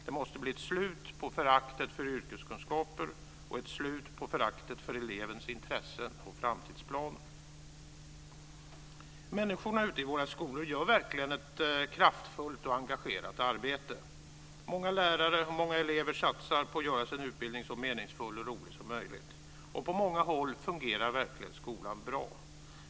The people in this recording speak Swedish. Det måste bli ett slut på föraktet för yrkeskunskaper och ett slut på föraktet för elevens intresse och framtidsplaner. Människorna ute i våra skolor gör verkligen ett kraftfullt och engagerat arbete. Många lärare och många elever satsar på att göra sin utbildning så meningsfull och rolig som möjligt. På många håll fungerar verkligen skolan bra.